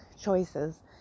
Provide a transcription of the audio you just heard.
choices